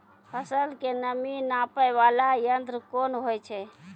फसल के नमी नापैय वाला यंत्र कोन होय छै